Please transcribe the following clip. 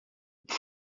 por